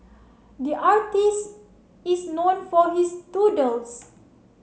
the artist is known for his doodles